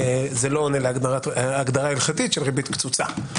זה לא עונה להגדרה הלכתית של "ריבית קצוצה",